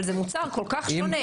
אבל זה מוצר כל כך שונה.